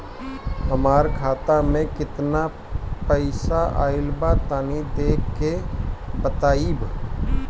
हमार खाता मे केतना पईसा आइल बा तनि देख के बतईब?